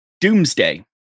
Doomsday